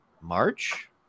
March